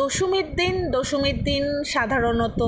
দশমীর দিন দশমীর দিন সাধারণত